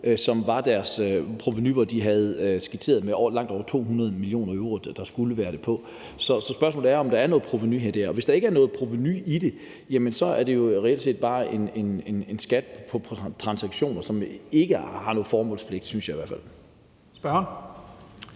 som var deres provenu, hvor de havde skitseret, at det skulle være på langt over 200 mio. euro. Så spørgsmålet er, om der er noget provenu af det her. Og hvis der ikke er noget provenu i det, er det jo reelt set bare en skat på transaktioner, som ikke har noget formål i sig, synes jeg i hvert fald. Kl.